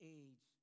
age